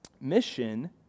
mission